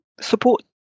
support